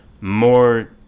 more